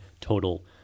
total